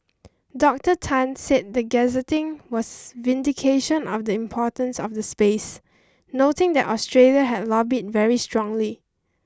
Doctor Tan said the gazetting was vindication of the importance of the space noting that Australia had lobbied very strongly